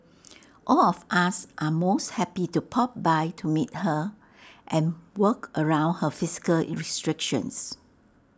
all of us are most happy to pop by to meet her and work around her physical restrictions